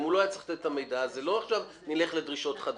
אם הוא לא היה צריך לתת את המידע לא נוסיף עכשיו דרישות חדשות.